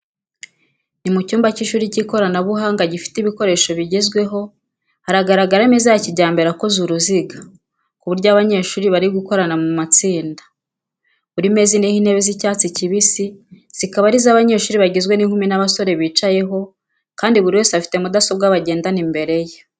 Ni mu cyumba cy’ishuri cy’ikoranabuhanga gifite ibikoresho bigezweho. Haragaragara ameza ya kijyambere akoze uruziga, ku buryo abanyeshuri bari gukorana mu matsinda. Buri meza iriho intebe z'icyatsi kibisi, zikaba ari zo abanyeshuri bagizwe n'inkumi n'abasore bicayeho kandi buri wese afite mudasobwa bagendana imbere ye.